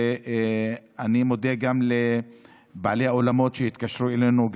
אני מודה גם לבעלי האולמות שהתקשרו אלינו,